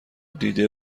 دیده